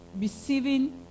receiving